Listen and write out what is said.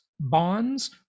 bonds